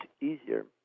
easier